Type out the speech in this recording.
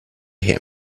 him